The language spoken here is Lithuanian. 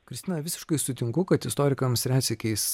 kristina visiškai sutinku kad istorikams retsykiais